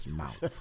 mouth